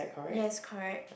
yes correct